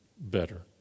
better